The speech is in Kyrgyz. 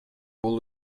бул